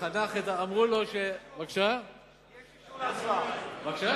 וחנך את, יש אישור להצבעה.